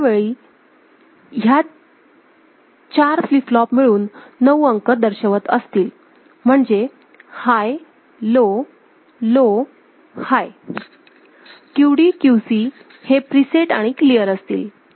यावेळी ह्या चार फ्लिप फ्लॉप मिळून 9 अंक दर्शवत असतील म्हणजे हाय लोलोहाय QDQC हे प्रीसेट आणि क्लिअर असतील